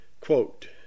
quote